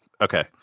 Okay